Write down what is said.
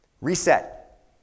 Reset